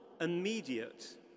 immediate